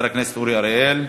חבר הכנסת אורי אריאל.